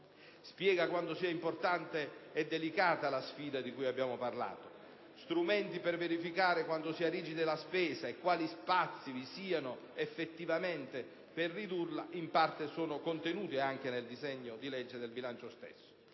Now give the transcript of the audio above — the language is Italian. spiega quanto sia importante e delicata la sfida di cui abbiamo parlato. Strumenti per verificare quanto sia rigida la spesa e quali spazi vi siano effettivamente per ridurla, in parte sono contenuti anche nel disegno di legge di bilancio stesso.